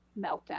meltdown